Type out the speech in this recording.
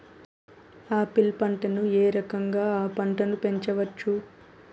Apple పంటను ఏ రకంగా అ పంట ను పెంచవచ్చు?